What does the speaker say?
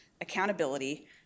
accountability